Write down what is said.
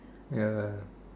ya ya